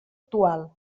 actual